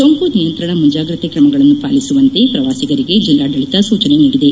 ಸೋಂಕು ನಿಯಂತ್ರಣ ಮುಂಜಾಗ್ರತೆ ಕ್ರಮಗಳನ್ನು ಪಾಲಿಸುವಂತೆ ಪ್ರವಾಸಿಗರಿಗೆ ಜಿಲ್ಲಾಡಳಿತ ಸೂಚನೆ ನೀಡಿದೆ